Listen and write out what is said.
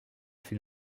fut